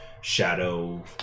shadow